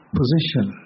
position